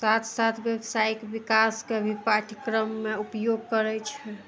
साथ साथ व्यवसायिक विकासके भी पाठ्यक्रममे उपयोग करय छै